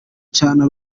cana